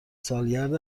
سالگرد